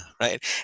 right